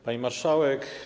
Pani Marszałek!